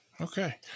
okay